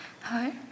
Hi